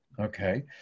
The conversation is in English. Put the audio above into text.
okay